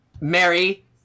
Mary